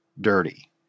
dirty